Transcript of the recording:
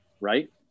right